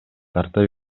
тарта